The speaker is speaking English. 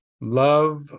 love